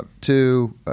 two